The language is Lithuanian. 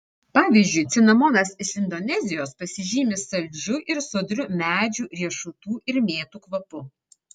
pavyzdžiui cinamonas iš indonezijos pasižymi saldžiu ir sodriu medžių riešutų ir mėtų kvapu